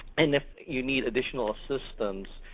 and if you need additional assistance,